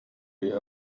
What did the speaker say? wie